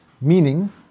meaning